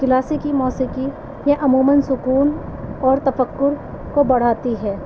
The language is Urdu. کلاسیکی موسیقی میں عموماً سکون اور تفکر کو بڑھاتی ہے